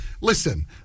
Listen